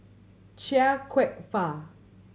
Chia Kwek Fah